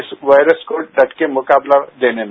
इस वायरस को डट का मुकाबला देने में